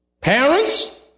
Parents